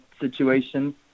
situation